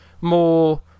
more